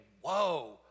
whoa